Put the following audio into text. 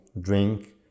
drink